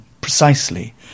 precisely